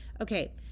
Okay